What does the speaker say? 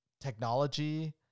technology